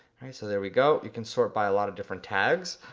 alright so there we go. you can sort by a lot of different tags.